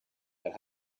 that